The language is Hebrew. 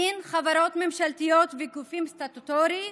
דין חברות ממשלתיות וגופים סטטוטוריים